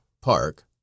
park